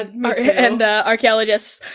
ah and archaeologists.